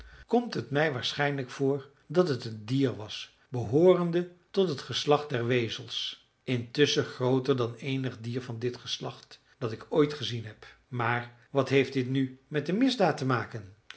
komt het mij waarschijnlijk voor dat het een dier was behoorende tot het geslacht der wezels intusschen grooter dan eenig dier van dit geslacht dat ik ooit gezien heb maar wat heeft dit nu met de misdaad te maken